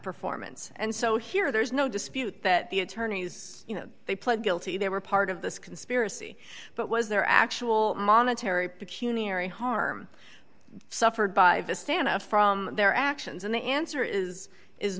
performance and so here there's no dispute that the attorneys you know they pled guilty they were part of this conspiracy but was there actual monetary peculiarity harm suffered by this stand off from their actions and the answer is is